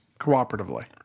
cooperatively